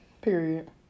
Period